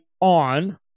on